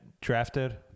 drafted